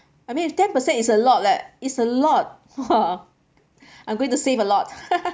I mean if ten percent is a lot leh it's a lot !wah! I'm going to save a lot